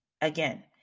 Again